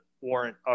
warrant